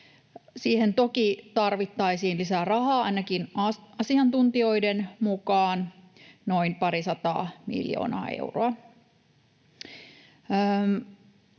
Siihen toki tarvittaisiin lisää rahaa, ainakin asiantuntijoiden mukaan, noin parisataa miljoonaa euroa.